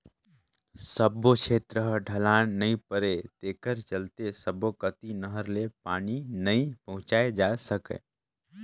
सब्बो छेत्र ह ढलान नइ परय तेखर चलते सब्बो कति नहर ले पानी नइ पहुंचाए जा सकय